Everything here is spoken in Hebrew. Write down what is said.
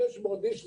של 500 איש,